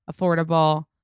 affordable